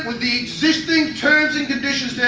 the existing terms